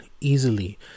easily